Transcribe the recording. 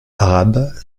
arabe